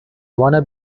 wanna